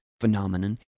phenomenon